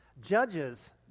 Judges